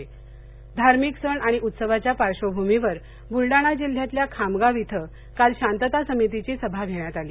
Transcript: बलडाणा धार्मिक सण आणि उत्सवाच्या पार्श्वभूमीवर बुलडाणा जिल्ह्यातल्या खामगाव इथं काल शांतता समितीची सभा घेण्यात आली